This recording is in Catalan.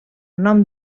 nom